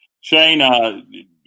Shane